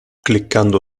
cliccando